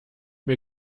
mir